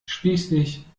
schließlich